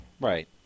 Right